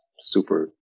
super